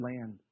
land